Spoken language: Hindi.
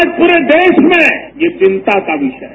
आज पूरे देश में ये चिंता का विषय है